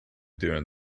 during